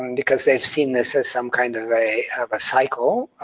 and because they've seen this as some kind of a a cycle,